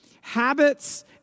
Habits